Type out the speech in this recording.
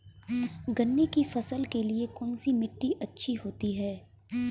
गन्ने की फसल के लिए कौनसी मिट्टी अच्छी होती है?